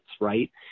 right